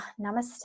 Namaste